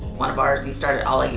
one of ours, he started, all yeah